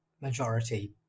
majority